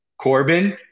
corbin